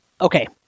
Okay